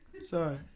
Sorry